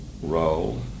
role